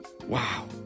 Wow